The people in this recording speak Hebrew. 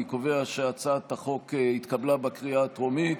אני קובע שהצעת החוק התקבלה בקריאה הטרומית.